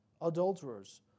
adulterers